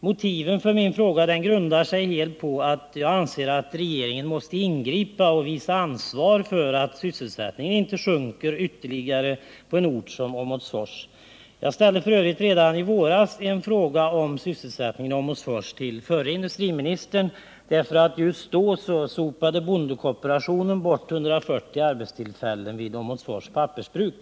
Motiven för min fråga grundar sig helt på att jag anser att regeringen måste ingripa och visa ansvar för att sysselsättningen inte sjunker ytterligare på en ort som Åmotfors. Jag ställde f. ö. redan i våras en fråga om sysselsättningen i Åmotfors till förre industriministern, eftersom just då bondekooperationen sopade bort 140 arbetstillfällen vid Åmotfors pappersbruk.